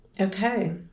Okay